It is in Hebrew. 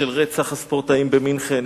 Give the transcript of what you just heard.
של רצח 11 הספורטאים במינכן,